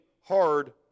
hard